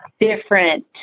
different